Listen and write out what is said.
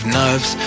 nerves